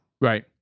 Right